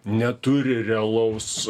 neturi realaus